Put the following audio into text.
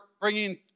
bringing